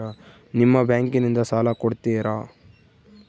ನಿಮ್ಮ ಬ್ಯಾಂಕಿನಿಂದ ಸಾಲ ಕೊಡ್ತೇರಾ?